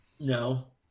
no